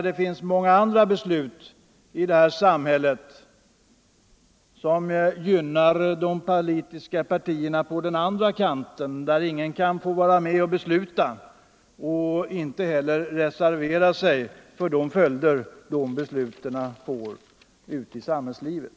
Det finns många andra beslut i vårt samhälle som gynnar de politiska partierna på den andra kanten men där inte de berörda kan få delta och inte heller kan reservera sig för de följder besluten får ute i samhällslivet.